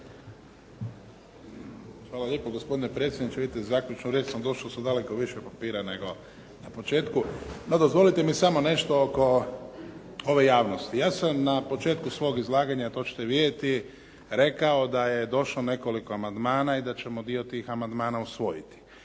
Hvala lijepo gospodine predsjedniče. Vidite zaključnu riječ sam došao sa više papira nego na početku. Pa dozvolite mi samo nešto oko ove javnosti. Ja sam na početku svog izlaganja a to ćete vidjeti rekao da je došlo nekoliko amandmana i da ćemo dio tih amandmana usvojiti.